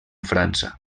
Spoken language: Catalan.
frança